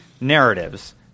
narratives